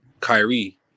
Kyrie